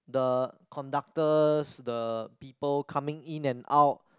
the conductors the people coming in and out